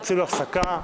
תודה.